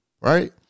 right